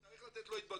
צריך לתת לו התבטאות,